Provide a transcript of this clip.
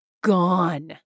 gone